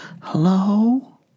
Hello